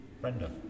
Brenda